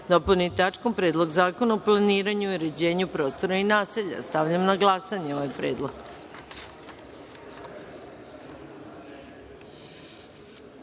dopuni tačkom – Predlog zakona o planiranju i uređenju prostora i naselja. Stavljam na glasanje ovaj